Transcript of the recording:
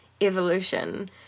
evolution